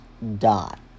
dot